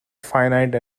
finite